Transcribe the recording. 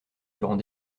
durant